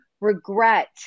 regret